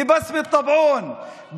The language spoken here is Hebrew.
לבסמת טבעון,